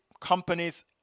companies